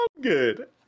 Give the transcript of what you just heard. good